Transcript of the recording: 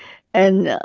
and